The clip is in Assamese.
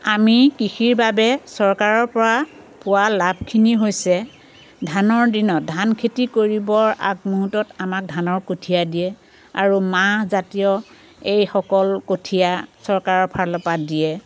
আমি কৃষিৰ বাবে চৰকাৰৰ পৰা পোৱা লাভখিনি হৈছে ধানৰ দিনত ধান খেতি কৰিবৰ আগ মুহূৰ্তত আমাক ধানৰ কঠীয়া দিয়ে আৰু মাহ জাতীয় এই সকল কঠীয়া চৰকাৰৰ ফালৰ পৰা দিয়ে